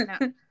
No